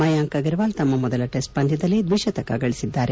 ಮಯಾಂಕ್ ಅಗರ್ವಾಲ್ ತಮ್ಮ ಮೊದಲ ಟೆಸ್ಟ್ ಪಂದ್ಕದಲ್ಲೇ ದ್ವಿಶತಕ ಗಳಿಸಿದ್ದಾರೆ